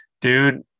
dude